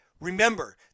remember